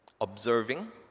observing